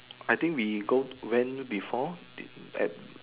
I think we go went before at